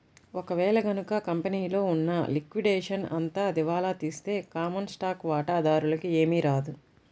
ఒక వేళ గనక కంపెనీలో ఉన్న లిక్విడేషన్ అంతా దివాలా తీస్తే కామన్ స్టాక్ వాటాదారులకి ఏమీ రాదు